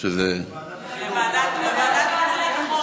ועדת החינוך.